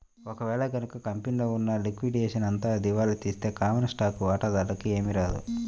ఒక వేళ గనక కంపెనీలో ఉన్న లిక్విడేషన్ అంతా దివాలా తీస్తే కామన్ స్టాక్ వాటాదారులకి ఏమీ రాదు